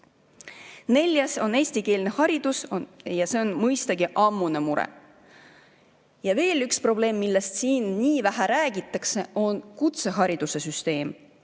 Neljas on eestikeelne haridus ja see on mõistagi ammune mure. Ja veel üks probleem, millest siin nii vähe räägitakse, on kutsehariduse süsteem.